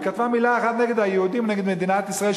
היא כתבה מלה אחת נגד היהודים ונגד מדינת ישראל,